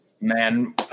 man